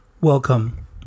Welcome